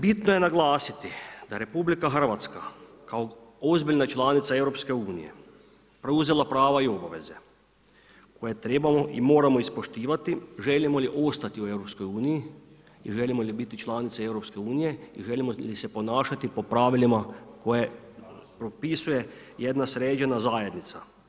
Bitno je naglasiti da RH kao ozbiljna članica Eu preuzela prava i obaveze koje trebamo i moramo ispoštivati želimo li ostati u Eu i želimo li biti članica EU i želimo li se ponašati po pravilima koje propisuje jedna sređena zajednica.